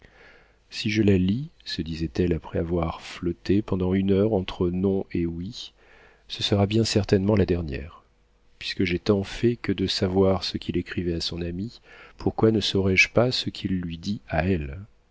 si je la lis se disait-elle après avoir flotté pendant une heure entre non et oui ce sera bien certainement la dernière puisque j'ai tant fait que de savoir ce qu'il écrivait à son ami pourquoi ne saurais-je pas ce qu'il lui dit à elle